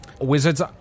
Wizards